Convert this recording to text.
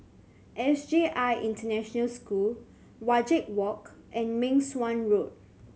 S J I International School Wajek Walk and Meng Suan Road